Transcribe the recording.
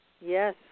Yes